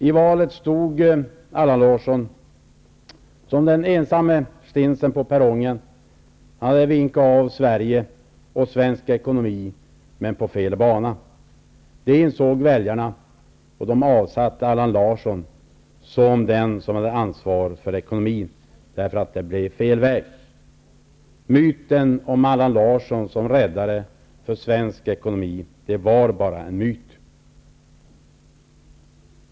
I valet stod Allan Larsson som den ensamme stinsen på perrongen. Han vinkade av Sverige och svensk ekonomi, men på fel bana. Det insåg väljarna och avsatte Allan Larsson som den som hade ansvaret för ekonomin, för det blev fel väg. Myten om Allan Larsson som räddare för svensk ekonomi var bara en myt.